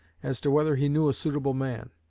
as to whether he knew a suitable man.